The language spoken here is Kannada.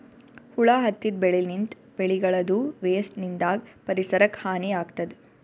ಹುಳ ಹತ್ತಿದ್ ಬೆಳಿನಿಂತ್, ಬೆಳಿಗಳದೂ ವೇಸ್ಟ್ ನಿಂದಾಗ್ ಪರಿಸರಕ್ಕ್ ಹಾನಿ ಆಗ್ತದ್